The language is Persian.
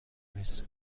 میز